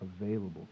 available